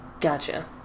Gotcha